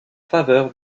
faveur